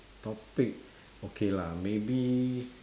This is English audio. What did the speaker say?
topic okay lah maybe